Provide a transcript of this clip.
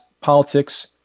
politics